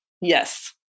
Yes